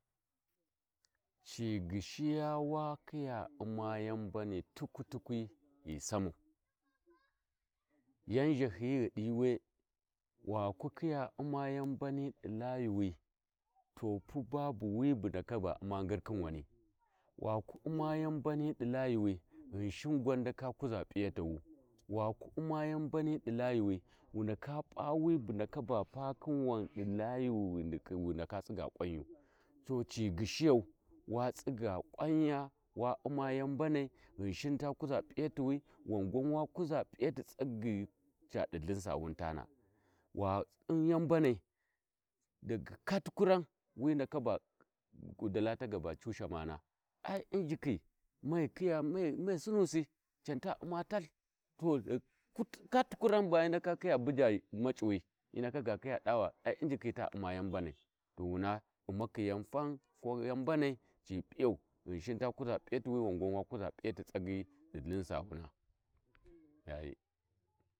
﻿Ci gyishiya wa khiya uma ya mbani tuktukwi ghi samau yau zhahiyi ghi di we waku kiya uma yan mbanidi layuwi to pu babu wi bu ndaka ga uum gir khin woni waku uma ya mbani di layuwi ghinshin gwan ndaka kuza p’iyata waku uma ya mbani di layuwi wu ndaka p’a wi bu ndaka pa khin wandi layu bu wu ndaka tsiga ƙwanyu so ci gyishiyau wa tsigge ƙwauya wa uma ya mbanai ghinshinta kuza p’iyatuwi wangwan wa kuza piyati tsagyi dadi ithiusawun tana wa un yau mbanciwi daga kat kurak wi ndaka kudilla ta faka ta cu shamana ai injithi maghi khiya maghisinusi can ta uma tath ta ghikutkat kura ndaka buja mac'iwi hi ndaka khiya dava ai injikhi ta uma yan mbanai to wuna umakhi fan ko ya lubanai ai p’iyau ghinshin ta kuza p’iyatuwi wan gwan wakuza p’iyati tsagyi i ithin sawuna yayi